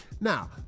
Now